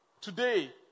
today